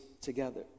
together